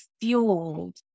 fueled